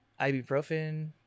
ibuprofen